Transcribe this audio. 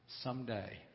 someday